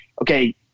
okay